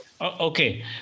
Okay